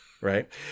Right